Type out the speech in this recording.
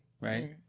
right